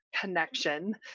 connection